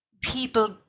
people